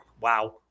Wow